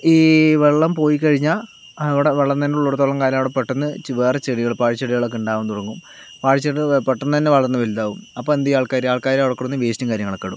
ഈ വെള്ളം പോയി കഴിഞ്ഞാൽ അവിടെ വെള്ളം തന്നെ ഉള്ളിടത്തോളം കാലം അവിടെ പെട്ടെന്ന് വേറെ ചെടികള് പാഴ്ചെടികളൊക്കെ ഉണ്ടാവാൻ തുടങ്ങും പാഴ് ചെടികള് പെട്ടെന്ന് തന്നെ വളർന്ന് വലുതാകും അപ്പോൾ എന്ത് ചെയ്യും ആൾക്കാര് ആൾക്കാര് അവിടെ കൊണ്ടു വന്ന് വേസ്റ്റും കാര്യങ്ങളൊക്കെ ഇടും